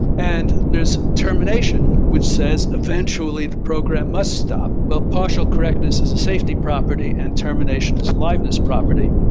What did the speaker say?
and there's termination, which says eventually the program must stop. well, partial correctness is a safety property and terminations is liveness property,